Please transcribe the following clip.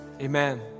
amen